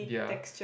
ya